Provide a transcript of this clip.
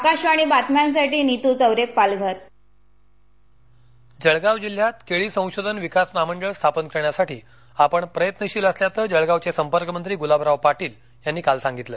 आकाशवाणी बातम्यांसाठी नीतू चौरे पालघर जळगाव जळगाव जिल्ह्यात केळी संशोधन विकास महामंडळ स्थापन करण्यासाठी आपण प्रयत्नशील असल्याचं जळगावचे संपर्क मंत्री गुलाबराव पाटील यांनी काल सांगितलं